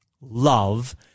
love